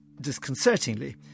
disconcertingly